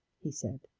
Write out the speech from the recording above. he said,